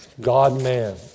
God-man